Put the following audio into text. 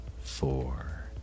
four